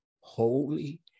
holy